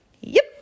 Yep